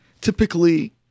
Typically